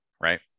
right